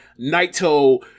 Naito